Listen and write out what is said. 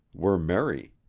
were merry.